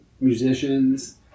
musicians